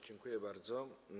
Dziękuję bardzo.